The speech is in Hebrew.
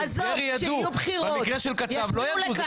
במקרה של קצב לא ידעו.